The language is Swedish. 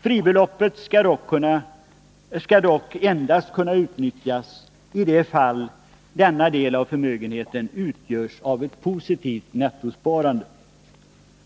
Fribeloppet skall dock endast kunna utnyttjas i de fall denna del av förmögenheten utgörs av ett positivt nettosparande.